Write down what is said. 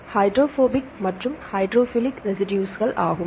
hydrophobic மற்றும் hydrophilic residues ஆகும்